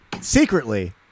secretly